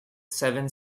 seven